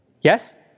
Yes